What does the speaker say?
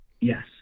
Yes